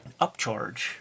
upcharge